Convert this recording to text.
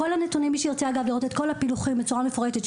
מי שירצה לראות את כל הפילוחים בצורה מפורטת,